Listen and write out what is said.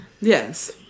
Yes